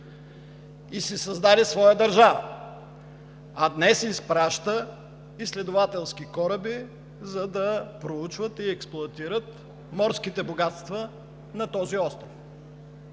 и си създаде своя държава, а днес изпраща изследователски кораби, за да проучват и експлоатират морските богатства на този остров.